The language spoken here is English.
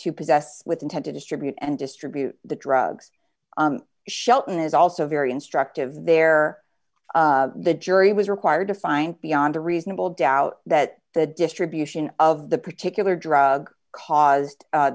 to possess with intent to distribute and distribute the drugs shelton is also very instructive there the jury was required to find beyond a reasonable doubt that the distribution of the particular drug caused